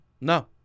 No